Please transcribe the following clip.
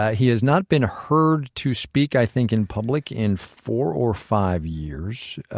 he has not been heard to speak, i think, in public in four or five years.